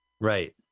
Right